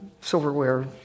silverware